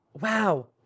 wow